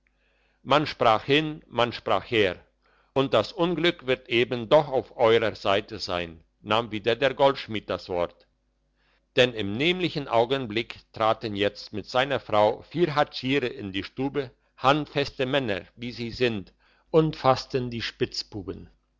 man sprach hin man sprach her und das unglück wird eben doch auf euerer seite sein nahm wieder der goldschmied das wort denn im nämlichen augenblick traten jetzt mit seiner frau vier hatschiere in die stube handfeste männer wie sie sind und fassten die spitzbuben